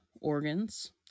organs